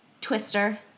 twister